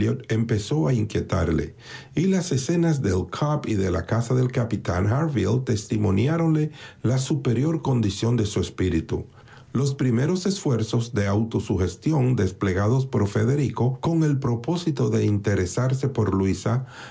empezó a inquietarle y las escenas del cobb y de la casa del capitán harville testimoniáronle la superior condición de su espíritu los primeros esfuerzos de autosugestión desplegados por federico con el propósito de interesarse por luisa